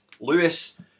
Lewis